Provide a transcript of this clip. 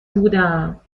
بودم